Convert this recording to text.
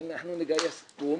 שאנחנו נגייס תרומות?